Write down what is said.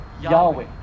Yahweh